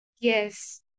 Yes